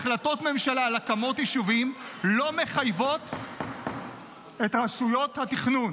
החלטות ממשלה על הקמות יישובים לא מחייבות את רשויות התכנון